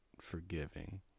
forgiving